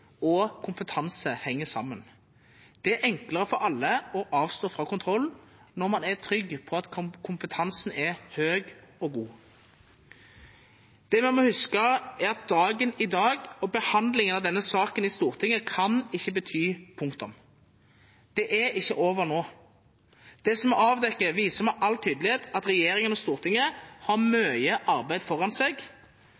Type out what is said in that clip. og kompetanse henger sammen. Det er enklere for alle å avstå fra kontroll når man er trygg på at kompetansen er høy og god. Det vi må huske, er at dagen i dag og behandlingen av denne saken i Stortinget ikke kan bety punktum. Det er ikke over nå. Det som er avdekket, viser med all tydelighet at regjeringen og Stortinget har